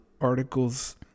article's